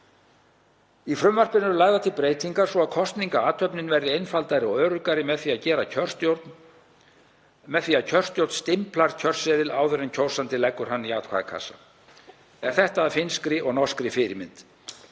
Í frumvarpinu eru lagðar til breytingar svo að kosningaathöfnin verði einfaldari og öruggari með því að kjörstjórn stimplar kjörseðil áður en kjósandinn leggur hann í atkvæðakassa. Er þetta að finnskri og norskri fyrirmynd.